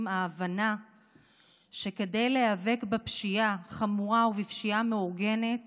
ההבנה שכדי להיאבק בפשיעה חמורה ובפשיעה מאורגנת